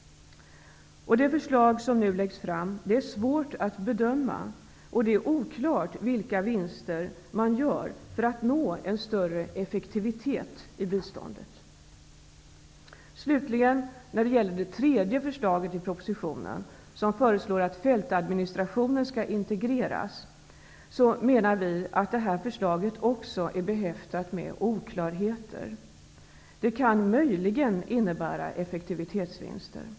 Det är svårt att göra en bedömning av det förslag som nu läggs fram, och det är oklart vilka vinster man gör för att nå en större effektivitet i biståndet. Slutligen har vi det tredje förslaget i propositionen, vilket är att fältadministrationen skall integreras. Även det här förslaget är, enligt vår mening, behäftat med oklarheter. Det kan möjligen innebära effektivitetsvinster.